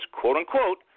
quote-unquote